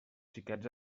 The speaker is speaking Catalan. xiquets